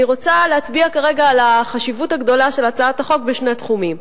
כרגע אני רוצה להצביע על החשיבות הגדולה של הצעת החוק בשני תחומים.